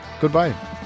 goodbye